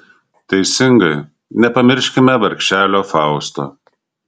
teisingai nepamirškime vargšelio fausto